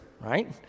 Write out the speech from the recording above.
right